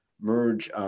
merge